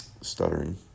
stuttering